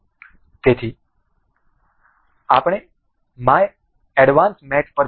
તેથી આપણે my advance mat પર જઈશું